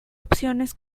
opciones